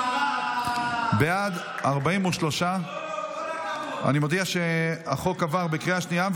בעד, 43. אני מודיע שהחוק עבר בקריאה שנייה.